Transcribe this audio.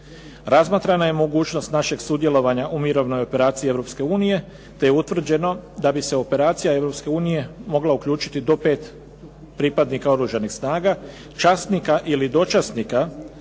Razmatrana je mogućnost našeg sudjelovanja u Mirovnoj operaciji Europske unije, te je utvrđeno da bi se operacija Europske unije mogla uključiti do 5 pripadnika oružanih snaga, časnika ili dočasnika